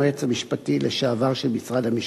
היועץ המשפטי לשעבר של משרד המשפטים,